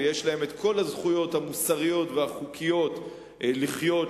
ויש להם כל הזכויות המוסריות והחוקיות לחיות,